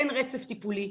אין רצף טיפולי,